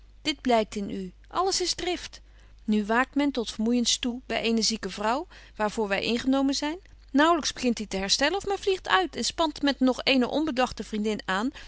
dit blykt in u alles is drift nu waakt men tot vermoeijens toe by eene zieke vrouw waar voor wy ingenomen zyn naauwlyks begint die te herstellen of men vliegt uit en spant met nog eene onbedagte vriendin aan